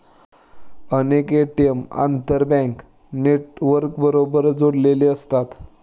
अनेक ए.टी.एम आंतरबँक नेटवर्कबरोबर जोडलेले असतात